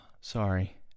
sorry